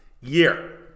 year